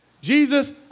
Jesus